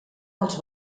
els